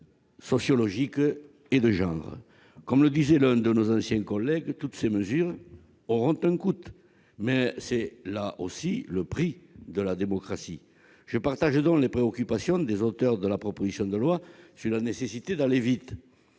sociologique et de genre. Comme le disait l'un de nos anciens collègues, toutes ces mesures auront un coût. Tel est le prix de la démocratie. Je partage donc le point de vue des auteurs de la proposition de loi concernant la nécessité d'aller vite.